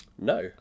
No